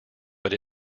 but